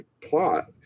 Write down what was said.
plot